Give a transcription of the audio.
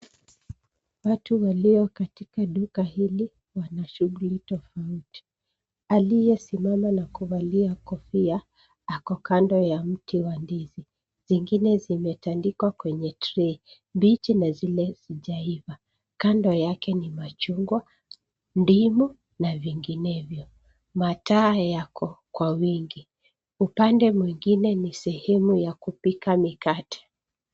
Watu walio katika duka hili wana shughuli tofauti. Aliyesimama na kuvalia kofia ako kando ya mti wa ndizi. Zingine zimetandikwa kwenye trayi , mbichi na zile hazijaiva. Kando yake ni machungwa, ndimu na vinginevyo. Mataa yako kwa wingi. Upande mwingine ni sehemu ya kupika mikate.